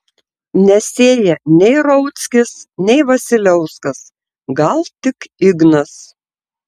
nesėja nei rauckis nei vasiliauskas gal tik ignas